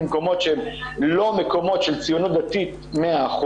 מקומות שהם לא מקומות של ציונות דתית ב-100%.